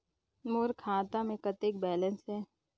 मोर खाता मे कतेक बैलेंस हे?